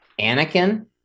Anakin